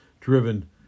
driven